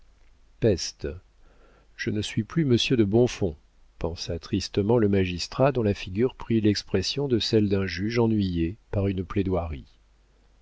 peste je ne suis plus monsieur de bonfons pensa tristement le magistrat dont la figure prit l'expression de celle d'un juge ennuyé par une plaidoirie